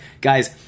guys